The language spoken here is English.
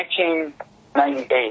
1998